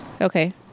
okay